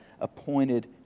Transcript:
appointed